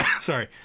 Sorry